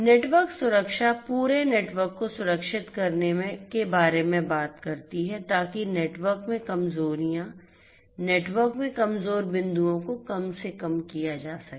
network सुरक्षा पूरे network को सुरक्षित करने के बारे में बात करती है ताकि नेटवर्क में कमजोरियों नेटवर्क में कमजोर बिंदुओं को कम से कम किया जा सके